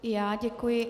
I já děkuji.